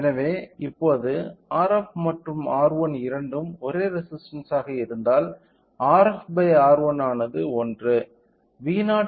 எனவே இப்போது Rf மற்றும் R1 இரண்டும் ஒரே ரெசிஸ்டன்ஸ் ஆக இருந்தால் Rf R1 ஆனது 1